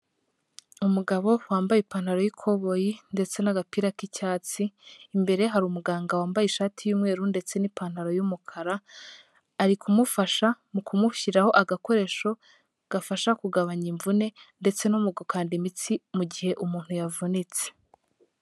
Umugabo wambaye ipantaro y'ikoboyi ndetse n'agapira k'icyatsi, imbere hari umuganga wambaye ishati y'umweru ndetse n'ipantaro y'umukara, ari kumufasha mu kumushyiraho agakoresho gafasha kugabanya imvune ndetse no mu gukanda imitsi mu gihe umuntu yavunitse.